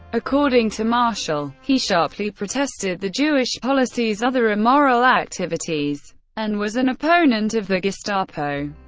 according to marshall, he sharply protested the jewish policies, other immoral activities and was an opponent of the gestapo.